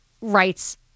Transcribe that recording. rights